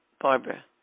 Barbara